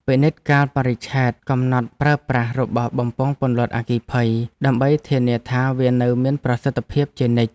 ពិនិត្យកាលបរិច្ឆេទកំណត់ប្រើប្រាស់របស់បំពង់ពន្លត់អគ្គិភ័យដើម្បីធានាថាវានៅមានប្រសិទ្ធភាពជានិច្ច។